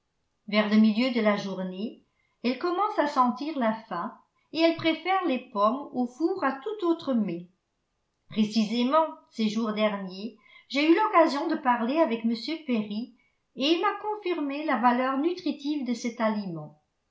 vers le milieu de la journée elle commence à sentir la faim et elle préfère les pommes au four à tout autre mets précisément ces jours derniers j'ai eu l'occasion de parler avec m perry et il m'a confirmé la valeur nutritive de cet aliment